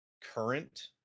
current